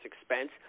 expense